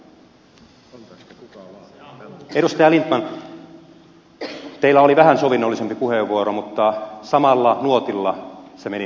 edustaja lindtman teillä oli vähän sovinnollisempi puheenvuoro mutta samalla nuotilla se meni myös kuitenkin